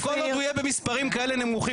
וכל עוד הוא יהיה במספרים כאלה נמוכים